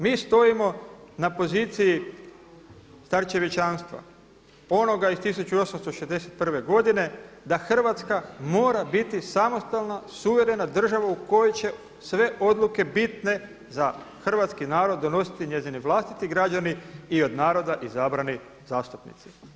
Mi stojimo na poziciji starčevićanstva onoga iz 1861. da Hrvatska mora biti samostalna, suverena država u kojoj će sve odluke bitne za hrvatski narod donositi njezini vlastiti građani i od naroda izabrani zastupnici.